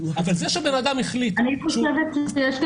אבל זה שבן אדם החליט --- אני חושבת שיש כאן